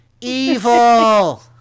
Evil